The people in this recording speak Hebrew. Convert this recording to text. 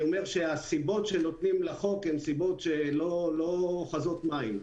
אני אומר שהסיבות שנותנים לחוק הן סיבות שלא אוחזות מים.